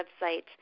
website